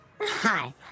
Hi